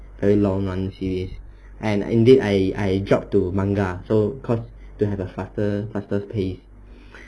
very long run series and indeed I I drop to manga so cause to have a faster faster pace